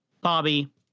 bobby